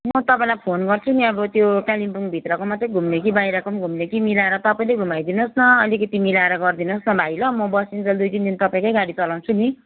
म तपाईँलाई फोन गर्छु नि अब त्यो कालिम्पोङ भित्रको मात्रै घुम्ने कि बाहिर पनि घुम्ने कि मिलाएर तपाईँले घुमाइदिनु होस् न अलिकति मिलाएर गरिदिनु होस् न भाइ ल म बसुन्जेल दुई तिन दिन तपाईँकै गाडी चलाउँछु नि